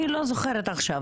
אני לא זוכרת עכשיו,